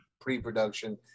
pre-production